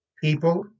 People